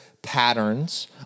patterns